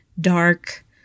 dark